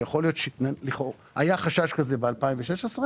שיכול להיות שהיה חשש כזה ב-2016,